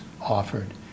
offered